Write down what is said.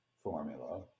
Formula